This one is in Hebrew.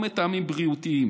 או מטעמים בריאותיים